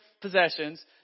possessions